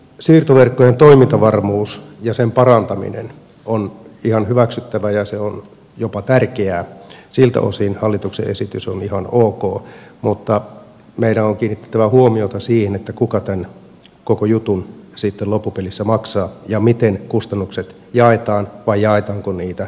siirtoverkkojen toimintavarmuus ja sen parantaminen on ihan hyväksyttävää ja se on jopa tärkeää siltä osin hallituksen esitys on ihan ok mutta meidän on kiinnitettävä huomiota siihen kuka tämän koko jutun sitten loppupelissä maksaa ja miten kustannukset jaetaan vai jaetaanko niitä ollenkaan